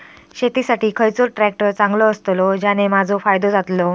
शेती साठी खयचो ट्रॅक्टर चांगलो अस्तलो ज्याने माजो फायदो जातलो?